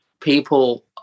people